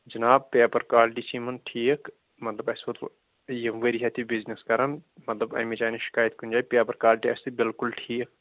جِناب paper quality چھِ یِمن ٹھیٖک مطلب اَسہِ ووٚت یہِ ؤری ہیٚھ تہِ بِزنِس کران مطلب اَمِچ آیہِ نہٕ شِکایت کُنہِ جایہِ پیپر کوالٹی آسہِ بِلکُل ٹھیٖک